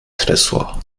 tresor